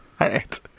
right